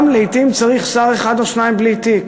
לעתים צריך שר אחד או שניים בלי תיק,